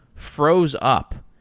froze up.